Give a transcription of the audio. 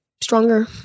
stronger